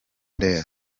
there